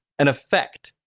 an effect